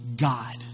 God